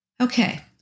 Okay